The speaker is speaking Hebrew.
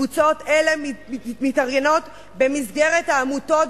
קבוצות אלה מתארגנות במסגרת העמותות,